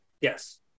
Yes